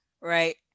right